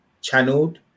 channeled